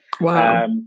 Wow